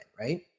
Right